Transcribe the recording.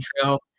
trail